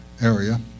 area